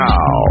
Now